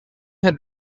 had